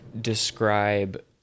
describe